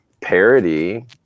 parody